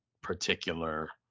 particular